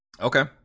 Okay